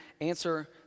answer